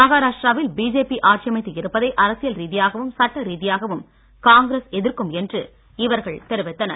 மஹாராஷ்டிராவில் BJP ஆட்சியமைத்து இருப்பதை அரசியல் ரீதியாகவும் சட்ட ரீதியாகவும் காங்கிரஸ் எதிர்க்கும் என்று இவர்கள் தெரிவித்தனர்